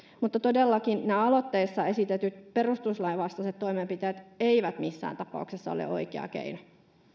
mutta todellakaan nämä aloitteessa esitetyt perustuslain vastaiset toimenpiteet eivät missään tapauksessa ole oikea keino